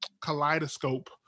kaleidoscope